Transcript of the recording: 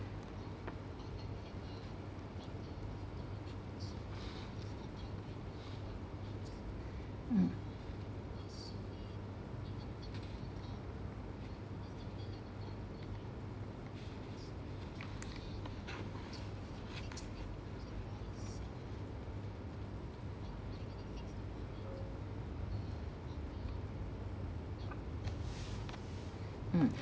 mm